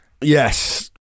Yes